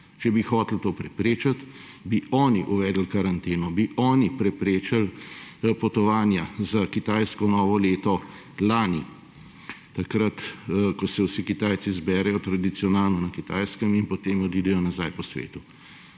Če bi hoteli to preprečiti, bi oni uvedli karanteno, bi oni preprečil potovanja za kitajsko novo leto lani; takrat, ko se vsi Kitajci zberejo tradicionalno na Kitajskem in potem odidejo nazaj po svetu.